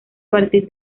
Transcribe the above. partir